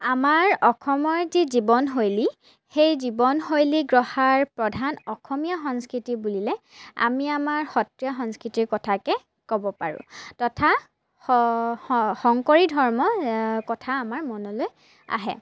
আমাৰ অসমৰ যি জীৱনশৈলী সেই জীৱনশৈলী গঢ়াৰ প্ৰধান অসমীয়া সংস্কৃতি বুলিলে আমি আমাৰ সত্ৰীয়া সংস্কৃতিৰ কথাকে ক'ব পাৰো তথা শ শ শংকৰী ধৰ্ম কথা আমাৰ মনলৈ আহে